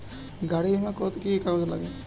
গাড়ীর বিমা করতে কি কি কাগজ লাগে?